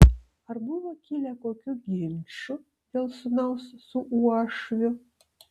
ar buvo kilę kokių ginčų dėl sūnaus su uošviu